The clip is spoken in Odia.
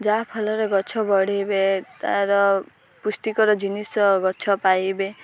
ଯାହାଫଳରେ ଗଛ ବଢ଼େଇବେ ତାର ପୁଷ୍ଟିକର ଜିନିଷ ଗଛ ପାଇବେ